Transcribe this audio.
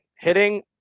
hitting